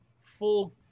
full